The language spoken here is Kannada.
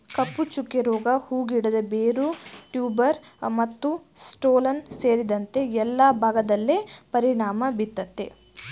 ಕಪ್ಪುಚುಕ್ಕೆ ರೋಗ ಹೂ ಗಿಡದ ಬೇರು ಟ್ಯೂಬರ್ ಮತ್ತುಸ್ಟೋಲನ್ ಸೇರಿದಂತೆ ಎಲ್ಲಾ ಭಾಗದ್ಮೇಲೆ ಪರಿಣಾಮ ಬೀರ್ತದೆ